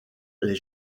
les